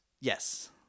Yes